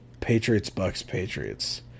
Patriots-Bucks-Patriots